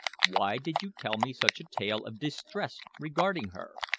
why did you tell me such a tale of distress regarding her?